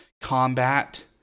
combat